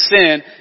sin